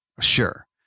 Sure